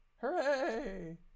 hooray